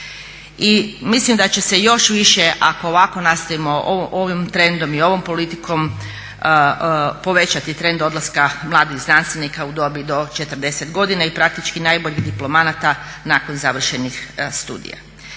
I mislim da će se još više ako ovako nastavimo ovim trendom i ovom politikom povećati trend odlaska mladih znanstvenika u dobi do 40 godina i praktički najboljih diplomanata nakon završenih studija.